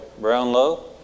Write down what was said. Brownlow